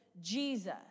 Jesus